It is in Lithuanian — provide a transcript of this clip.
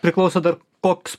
priklauso dar koks